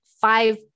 five